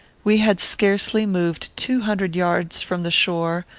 we had scarcely moved two hundred yards from the shore,